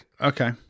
okay